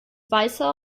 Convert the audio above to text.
weißer